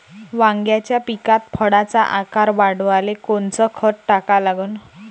वांग्याच्या पिकात फळाचा आकार वाढवाले कोनचं खत टाका लागन?